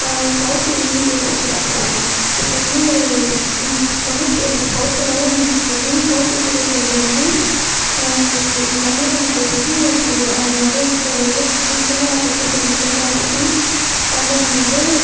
south இன்டீரியரை பற்றி பேச போகிறேன் இப்போ வந்து இப்போ வந்து சௌத்துனாலே வந்து நம்மளுக்கு தெரியும் சௌத் இன்டீரியர் சைட்டில் வந்து தமிழக மக்களுக்கு வந்து நிறையா இருக்குது அதில் வந்து முக்கியமாக நான் பேச போவது வந்து தஞ்சாவூர் பற்றி தஞ்சாவூர் வந்து